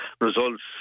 results